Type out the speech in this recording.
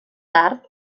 tard